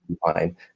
fine